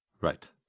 Right